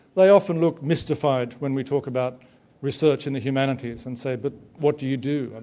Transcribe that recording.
they often look mystified when we talk about research in the humanities and say, but what do you do? and